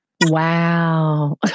wow